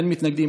אין מתנגדים,